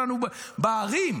שלנו בערים?